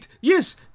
yes